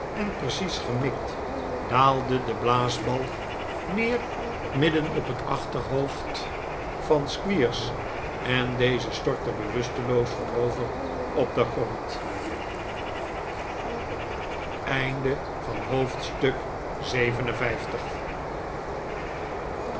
en precies gemikt daa'lde de blaasbalg neer midden op het achterhoofd van squeers en deze stortte bewusteloos voorover op den grond